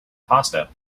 pasta